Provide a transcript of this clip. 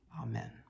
Amen